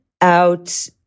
out